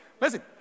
Listen